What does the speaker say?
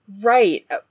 Right